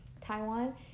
Taiwan